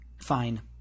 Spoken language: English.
Fine